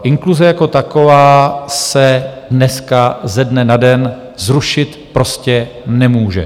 Inkluze jako taková se dneska ze dne na den zrušit prostě nemůže.